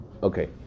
Okay